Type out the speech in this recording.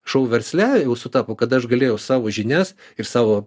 šou versle jau sutapo kad aš galėjau savo žinias ir savo